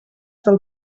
del